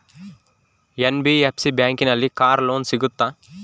NBFC ಬ್ಯಾಂಕಿನಲ್ಲಿ car loan ಸಿಗುತ್ತಾ?